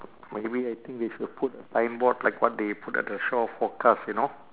maybe I think they should put a signboard like what they put at the shore forecast you know